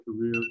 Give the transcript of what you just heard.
career